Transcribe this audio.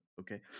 okay